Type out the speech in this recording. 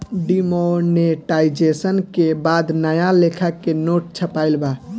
demonetisation के बाद नया लेखा के नोट छपाईल बा